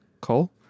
Cole